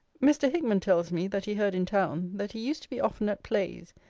mr. hickman tells me, that he heard in town, that he used to be often at plays,